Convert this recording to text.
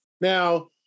Now